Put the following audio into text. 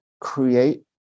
create